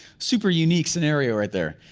super unique scenario right there.